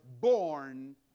born